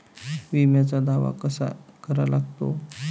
बिम्याचा दावा कसा करा लागते?